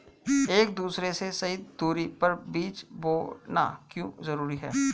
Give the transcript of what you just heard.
एक दूसरे से सही दूरी पर बीज बोना क्यों जरूरी है?